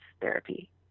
therapy